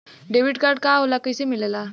Debit card का होला कैसे मिलेला?